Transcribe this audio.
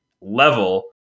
level